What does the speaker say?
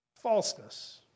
Falseness